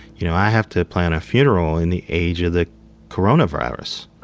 you know, i have to plan a funeral in the age the coronavirus.